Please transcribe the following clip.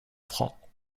francs